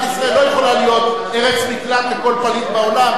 ישראל לא יכולה להיות ארץ מקלט לכל פליט בעולם,